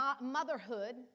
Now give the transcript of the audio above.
motherhood